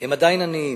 והם עדיין עניים.